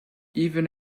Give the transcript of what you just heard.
even